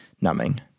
numbing